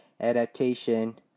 Adaptation